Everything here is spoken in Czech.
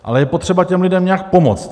Ale je potřeba těm lidem nějak pomoct.